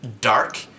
dark